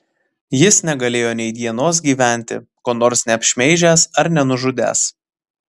jis negalėjo nei dienos gyventi ko nors neapšmeižęs ar nenužudęs